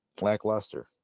lackluster